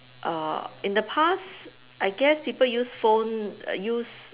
uh in the past I guess people use phone err use